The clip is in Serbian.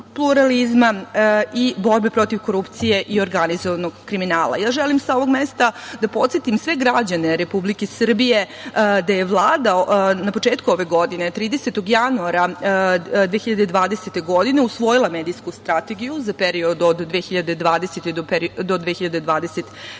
pluralizam i borbe protiv korupcije i organizovanog kriminala. Ja želim sa ovog mesta da podsetim sve građane Republike Srbije da je Vlada na početku ove godine 30. januara 2020. godine, usvojila medijsku strategiju za period od 2020. godine,